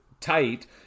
tight